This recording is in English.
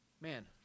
Man